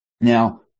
Now